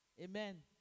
Amen